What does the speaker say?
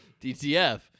DTF